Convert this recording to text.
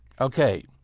Okay